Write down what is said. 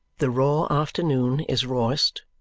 the raw afternoon is rawest,